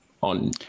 on